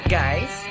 guys